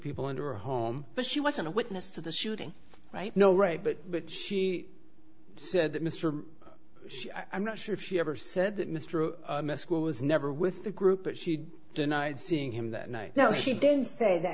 people under a home but she wasn't a witness to the shooting right no right but she said that mr i'm not sure if she ever said that mr misquote was never with the group but she denied seeing him that night no she didn't say that